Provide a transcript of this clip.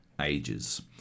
ages